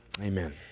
Amen